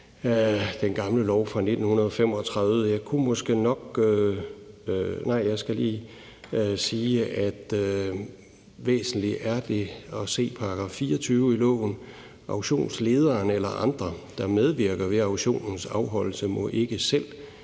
den gamle lov fra 1935. Jeg skal lige sige, at det er væsentligt at se § 24 i lovforslaget, hvor der står: »Auktionslederen eller andre, der medvirker ved auktionens afholdelse, må ikke selv